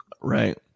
right